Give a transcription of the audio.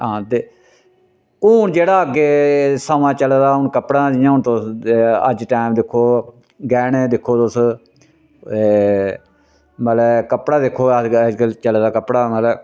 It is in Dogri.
हां ते हून जेह्ड़ा अग्गें समां चले दा हून कपड़ा जियां हून तुस अज्ज टैम दिक्खो गैह्ने दिक्खो तुस मतलब कपड़ा दिक्खो अज्जकल चले दा कपड़ा मतलब